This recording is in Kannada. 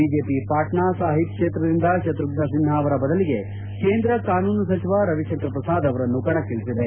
ಬಿಜೆಪಿ ಪಾಟ್ನಾ ಸಾಹೀಬ್ ಕ್ಷೇತ್ರದಿಂದ ಶತೃಷ್ನ ಸಿನ್ಹಾ ಅವರ ಬದಲಿಗೆ ಕೇಂದ್ರ ಕಾನೂನು ಸಚಿವ ರವಿಶಂಕರ್ ಪ್ರಸಾದ್ ಅವರನ್ನು ಕಣಕ್ಕಿಳಿಸಿದೆ